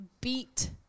beat